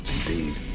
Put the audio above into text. indeed